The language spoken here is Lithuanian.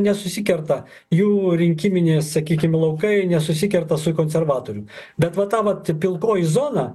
nesusikerta jų rinkiminiai sakykim laukai nesusikerta su konservatorių bet vat ta vat pilkoji zona